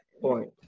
point